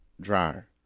dryer